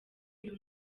uyu